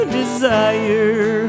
desire